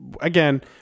Again